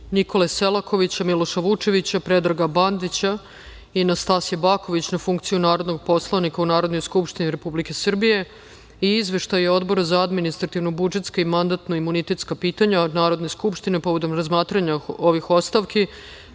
Nikole Selakovića, Miloša Vučevića, Predraga Bandića i Nastasje Baković na funkciju narodnog poslanika u Narodnoj skupštini Republike Srbije i izveštaje Odbora za administrativno-budžetska i mandatno-imunitetska pitanja Narodne skupštine povodom razmatranja ovih ostavki